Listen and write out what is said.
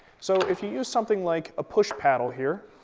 so if you use something like a push paddle here,